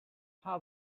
how